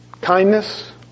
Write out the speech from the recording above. kindness